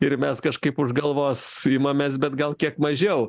ir mes kažkaip už galvos imamės bet gal kiek mažiau